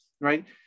right